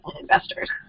investors